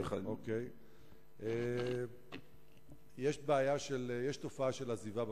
אוקיי, יש במשטרה תופעה של עזיבה,